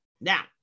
Now